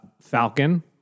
Falcon